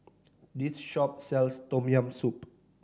this shop sells Tom Yam Soup